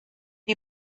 die